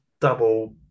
double